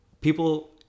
People